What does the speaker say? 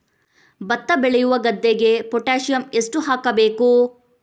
ಭತ್ತ ಬೆಳೆಯುವ ಗದ್ದೆಗೆ ಪೊಟ್ಯಾಸಿಯಂ ಎಷ್ಟು ಹಾಕಬೇಕು?